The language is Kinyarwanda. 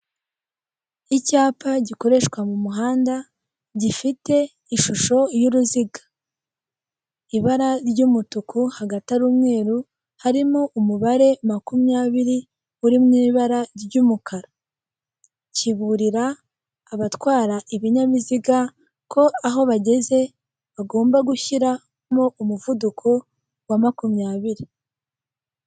Icyapa gikoreshwa mu muhanda gifite ishusho y'uruziga, ibara ry'umutuku hagati ari umweru, harimo umubare makumyabiri uri mw'ibara ry'umukara. Kiburira abatwar ibinyabiziga ko aho bageze batagomba kurenza umuvuduko wa makumyabiri.